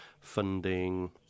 funding